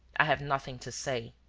i have nothing to say.